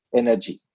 energy